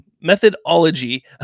methodology